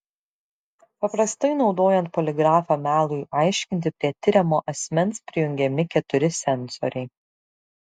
paprastai naudojant poligrafą melui aiškinti prie tiriamo asmens prijungiami keturi sensoriai